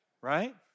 right